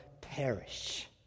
perish